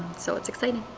so it's exciting.